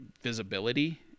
visibility